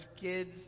Kids